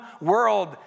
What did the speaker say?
world